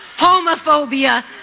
homophobia